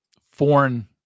foreign